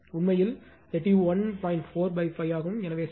4 5 ஆகும் எனவே 6